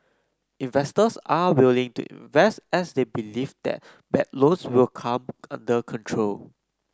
investors are willing to invest as they believe that bad loans will come under control